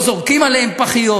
לא זורקים עליהם פחיות,